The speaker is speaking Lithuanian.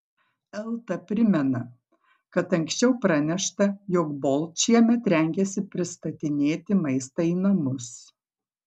elta primena kad anksčiau pranešta jog bolt šiemet rengiasi pristatinėti maistą į namus